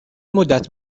مدت